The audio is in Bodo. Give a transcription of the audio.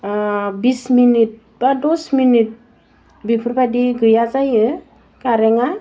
ओह बिस मिनिट बा दस मिनिट बेफोर बायदि गैया जायो कारेन्टआ